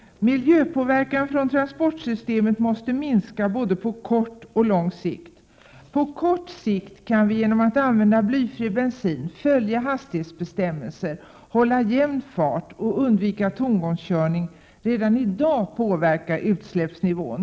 Miljöpåverkan från transportsystemet måste minska både på kort och på lång sikt. På kort sikt kan vi genom att använda blyfri bensin, följa hastighetsbestämmelser, hålla jämn fart och undvika tomgångskörning redan i dag påverka utsläppsnivån.